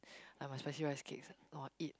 and my spicy rice cakes no I eat